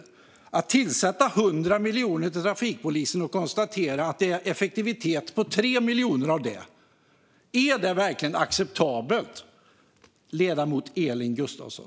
Är det verkligen acceptabelt att tillsätta 100 miljoner till trafikpolisen och konstatera att det är effektivitet i 3 av de miljonerna, ledamoten Elin Gustafsson?